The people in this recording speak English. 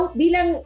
bilang